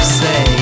say